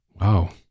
Wow